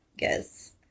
yes